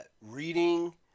reading